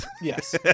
Yes